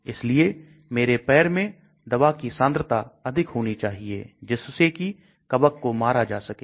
इसलिए मेरे पैर में दवा की सांद्रता अधिक होनी चाहिए जिससे कि कवक को मारा जा सके